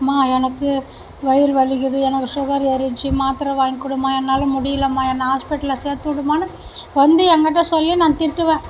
எனக்கு வயிறு வலிக்குது எனக்கு சுகர் ஏறிடுச்சு மாத்திரை வாங்கி கொடும்மா என்னால் முடியலம்மா என்னை ஆஸ்பிடலில் சேர்த்துடுமான்னு வந்து என்கிட்ட சொல்லி நான் திட்டுவேன்